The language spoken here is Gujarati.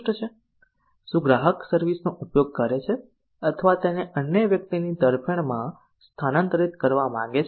શું ગ્રાહક સર્વિસ નો ઉપયોગ કરે છે અથવા તેને અન્ય વ્યક્તિની તરફેણમાં સ્થાનાંતરિત કરવા માંગે છે